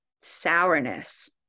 sourness